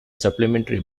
supplementary